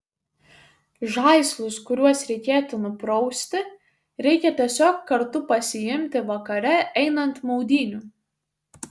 žaislus kuriuos reikėtų nuprausti reikia tiesiog kartu pasiimti vakare einant maudynių